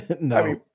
no